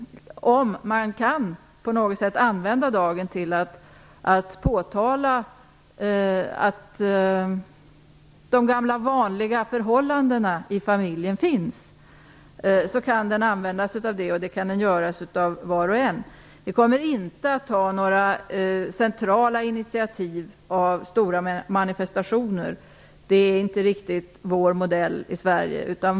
Om man på något sätt kan använda den här dagen till att framhålla att de gamla vanliga förhållandena i familjen finns, kan den användas till det, av var och en. Vi kommer inte att ta några centrala initiativ i form av stora manifestationer - det är inte riktigt vår modell i Sverige.